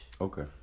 okay